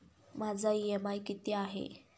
माझा इ.एम.आय किती आहे?